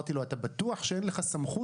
אמרתי לו: אתה בטוח שאין לך סמכות?